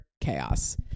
chaos